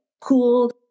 cool